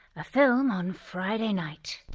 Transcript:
a film on friday night.